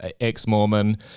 ex-Mormon